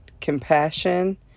compassion